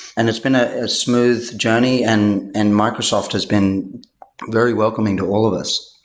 and it's been a smooth journey and and microsoft has been very welcoming to all of us.